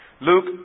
Luke